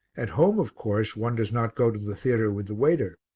at home, of course, one does not go to the theatre with the waiter,